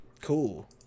Cool